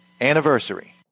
anniversary